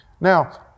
now